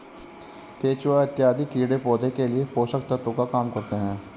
केचुआ इत्यादि कीड़े पौधे के लिए पोषक तत्व का काम करते हैं